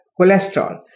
cholesterol